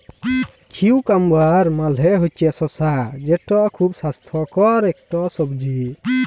cucumber মালে হছে শসা যেট খুব স্বাস্থ্যকর ইকট সবজি